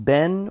Ben